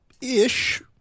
ish